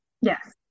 Yes